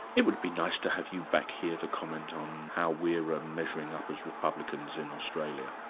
it would be nice to have you back here to comment on how we're ah measuring up as republicans in australia.